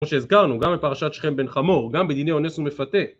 כמו שהזכרנו, גם בפרשת שכם בן חמור, גם בדיני אונס ומפתה